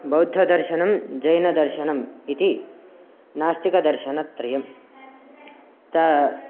बौद्धदर्शनं जैनदर्शनम् इति नास्तिकदर्शनत्रयं तत्र